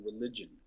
religion